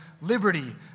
liberty